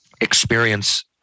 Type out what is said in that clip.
experience